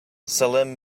salim